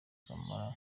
camara